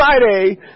Friday